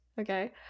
okay